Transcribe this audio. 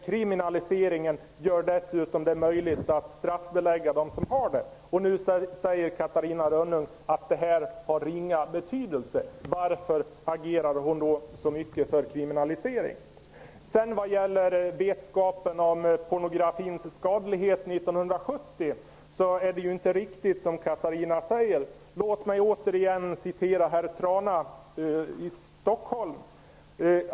Kriminaliseringen gör det dessutom möjligt att straffbelägga dem som innehar barnpornografi. Nu säger Catarina Rönnung att straffen har ringa betydelse. Varför agerar hon då så mycket för en kriminalisering? Vad gäller vetskapen om pornografins skadlighet 1970 är inte det som Catarina Rönnung säger riktigt. Låt mig återigen citera herr Trana i Stockholm.